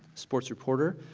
sports reporter,